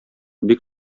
бик